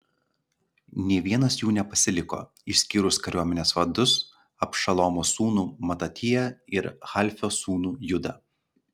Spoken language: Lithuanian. nė vienas jų nepasiliko išskyrus kariuomenės vadus abšalomo sūnų matatiją ir halfio sūnų judą